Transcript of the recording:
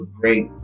great